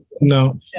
No